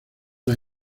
las